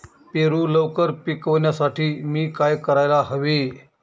पेरू लवकर पिकवण्यासाठी मी काय करायला हवे?